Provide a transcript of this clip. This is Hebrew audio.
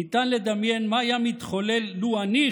ניתן לדמיין מה היה מתחולל לו אני,